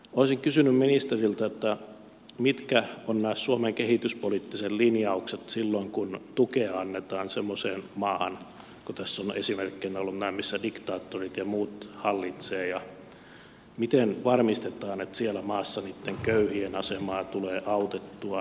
olisin kysynyt ministeriltä mitkä ovat nämä suomen kehityspoliittiset linjaukset silloin kun tukea annetaan semmoiseen maahan kun tässä ovat esimerkkinä olleet nämä missä diktaattorit ja muut hallitsevat ja miten varmistetaan että siellä maassa niitten köyhien asemaa tulee autettua